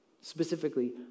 specifically